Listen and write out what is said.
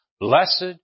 Blessed